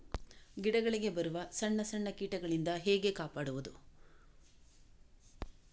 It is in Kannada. ಗಿಡಗಳಿಗೆ ಬರುವ ಸಣ್ಣ ಸಣ್ಣ ಕೀಟಗಳಿಂದ ಹೇಗೆ ಕಾಪಾಡುವುದು?